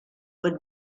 would